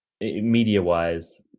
media-wise